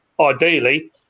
ideally